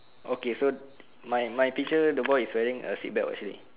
okay so my my picture the boy is wearing a seatbelt actually